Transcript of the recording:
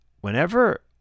whenever